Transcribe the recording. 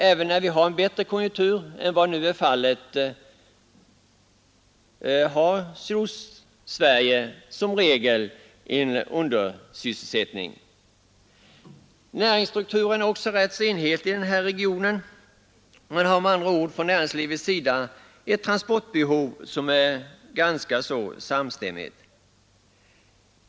Även när det är en bättre konjunktur än nu har Sydostsverige som regel undersysselsättning. Näringsstrukturen är också rätt enhetlig i denna region; näringslivet har med andra ord ett ganska samstämmigt transportbehov.